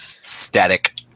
static